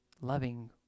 loving